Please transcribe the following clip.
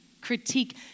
critique